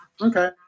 Okay